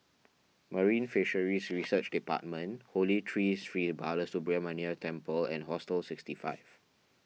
Marine Fisheries Research Department Holy Tree Sri Balasubramaniar Temple and Hostel sixty five